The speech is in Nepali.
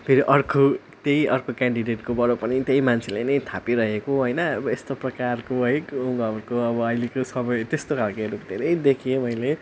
फेरि अर्को त्यही अर्को क्यान्डडेटकोबाट पनि त्यही मान्छेले नै थापिरहेको होइन अब यस्तो प्रकारको है गाउँ घरको अब अहिलेको समय त्यस्तो खालेहरू धेरै देखेँ मैले